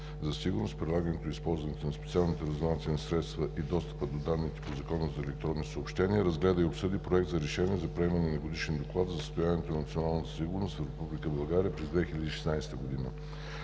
за сигурност, прилагането и използването на специалните разузнавателни средства и достъпа до данните по Закона за електронните съобщения разгледа и обсъди Проект за решение за приемане на Годишен доклад за състоянието на националната сигурност в Република